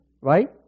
Right